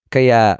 Kaya